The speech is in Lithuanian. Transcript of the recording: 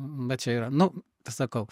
va čia yra nu sakau